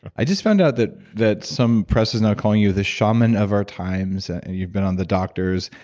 i just found out that that some press is now calling you the shaman of our times and you've been on the doctors.